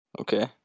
Okay